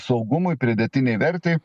saugumui pridėtinei vertei